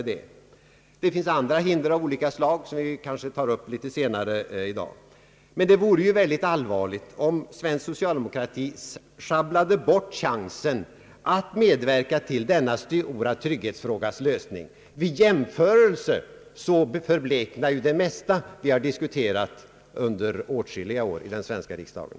Det finns även andra hinder av olika slag, som vi kanske får tillfälle att beröra litet senare i dag. Mer det vore ytterst allvarligt om svensk socialdemokrati schabblade bort chansen att medverka till denna stora trygghetsfrågas lösning. Vid jämförelse med den förbleknar ju det mesta vi har diskuterat under åtskilliga år i den svenska riksdagen.